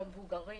במבוגרים,